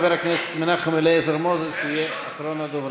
חבר הכנסת מנחם אליעזר מוזס יהיה אחרון הדוברים.